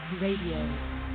Radio